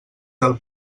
del